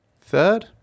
Third